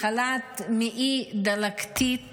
מחלת מעי דלקתית